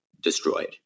destroyed